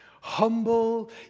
humble